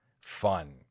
fun